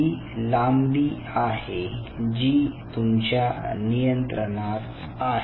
ही लांबी आहे जी तुमच्या नियंत्रणात आहे